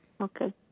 Okay